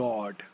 God